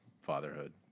fatherhood